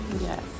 Yes